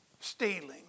stealing